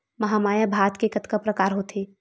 महमाया भात के कतका प्रकार होथे?